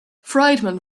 friedman